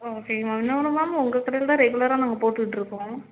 ஆ சரி மேம் இன்னோன்னு மேம் உங்கள் கடையில் தான் ரெகுலராக நாங்கள் போட்டுகிட்ருக்கோம்